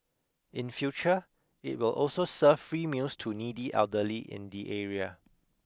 in future it will also serve free meals to needy elderly in the area